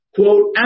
Quote